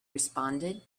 responded